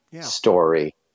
story